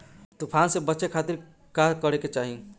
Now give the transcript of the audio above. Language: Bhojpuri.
तूफान से बचे खातिर का करे के चाहीं?